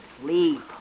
sleep